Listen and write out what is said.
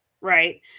right